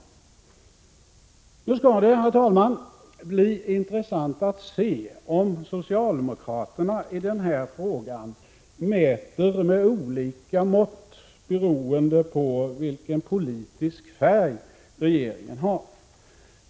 Herr talman! Det skall nu bli intressant att se om socialdemokraterna i den här frågan mäter med olika mått, beroende på vilken politisk färg regeringen har.